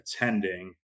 attending